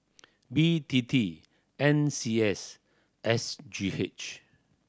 B T T N C S S G H